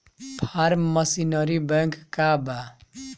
Form machinery bank का बा?